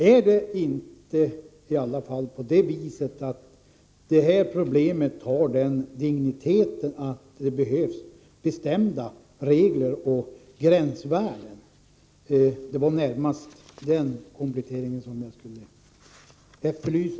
Är det inte i alla fall så, att det här problemet har en sådan dignitet att det behövs bestämda regler och gränsvärden? Det är den kompletteringen som jag vill efterlysa.